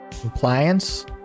Compliance